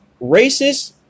racist